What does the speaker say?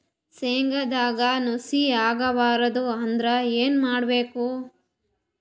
ಶೇಂಗದಾಗ ನುಸಿ ಆಗಬಾರದು ಅಂದ್ರ ಏನು ಮಾಡಬೇಕು?